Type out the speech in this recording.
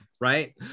right